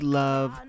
love